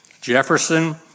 Jefferson